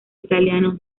italiano